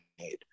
need